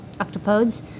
octopodes